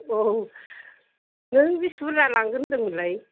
औ नों बिसि बुरजा लांगोन होनदोंमोनलाय